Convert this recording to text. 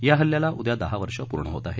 या हल्ल्याला उद्या दहा वर्ष पूर्ण होत आहेत